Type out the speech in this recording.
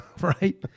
Right